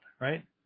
Right